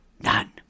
None